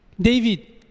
David